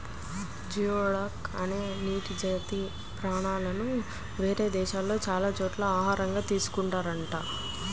geoduck అనే నీటి జాతి ప్రాణులను వేరే దేశాల్లో చాలా చోట్ల ఆహారంగా తీసుకున్తున్నారంట